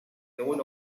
known